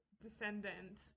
descendant